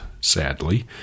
sadly